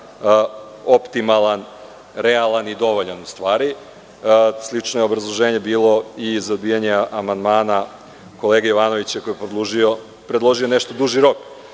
optimalan, realan i dovoljan. Slično je obrazloženje bilo i za odbijanje amandmana kolege Jovanovića koji je predložio nešto duži rok. Ono